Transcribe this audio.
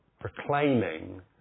proclaiming